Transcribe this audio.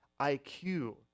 IQ